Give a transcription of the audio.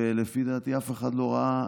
ולפי דעתי אף אחד לא ראה,